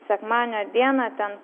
sekmadienio dieną ten